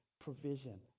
provision